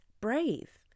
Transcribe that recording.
brave